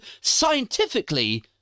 Scientifically